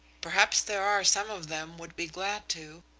perhaps there are some of them would be glad to,